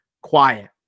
quiet